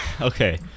okay